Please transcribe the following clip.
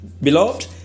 Beloved